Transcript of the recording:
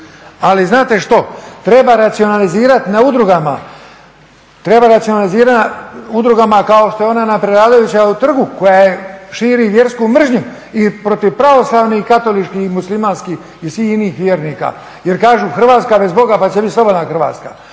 na udrugama, treba racionalizirat udrugama kao što je ona na Preradovićevom trgu koja širi vjersku mržnju i protiv pravoslavnih, i katoličkih, i muslimanskih i svih inih vjernika. Jer kažu Hrvatska bez Boga, pa će bit slobodna Hrvatska.